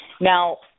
Now